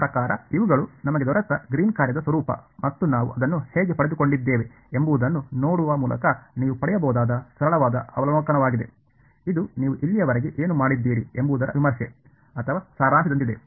ನನ್ನ ಪ್ರಕಾರ ಇವುಗಳು ನಮಗೆ ದೊರೆತ ಗ್ರೀನ್ನ ಕಾರ್ಯದ ಸ್ವರೂಪ ಮತ್ತು ನಾವು ಅದನ್ನು ಹೇಗೆ ಪಡೆದುಕೊಂಡಿದ್ದೇವೆ ಎಂಬುದನ್ನು ನೋಡುವ ಮೂಲಕ ನೀವು ಪಡೆಯಬಹುದಾದ ಸರಳವಾದ ಅವಲೋಕನವಾಗಿದೆ ಇದು ನೀವು ಇಲ್ಲಿಯವರೆಗೆ ಏನು ಮಾಡಿದ್ದೀರಿ ಎಂಬುದರ ವಿಮರ್ಶೆ ಅಥವಾ ಸಾರಾಂಶದಂತಿದೆ